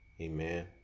amen